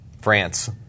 France